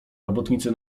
robotnicy